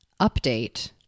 update